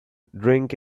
drink